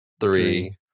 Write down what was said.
three